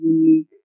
unique